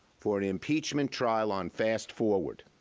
for an impeachment trial on fast-forward.